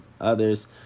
others